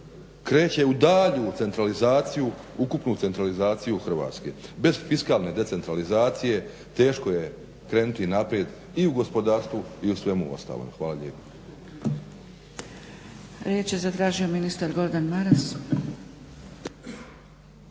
kreće u daljnju centralizaciju, ukupnu centralizaciju Hrvatske. Bez fiskalne decentralizacije teško je krenuti naprijed i u gospodarstvu i u svemu ostalom. Hvala lijepa.